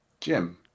Jim